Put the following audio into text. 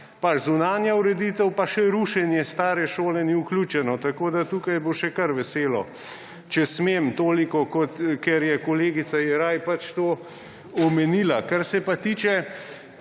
pa zunanja ureditev pa še rušenje stare šole ni vključeno, tako da bo tukaj še kar veselo, če smem toliko, ker je kolegica Jeraj pač to omenila. Kar se pa tiče